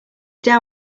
down